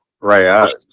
Right